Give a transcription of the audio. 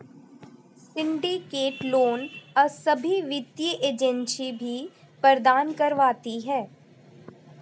syndicate loan सभी वित्तीय agency भी प्रदान करवाती है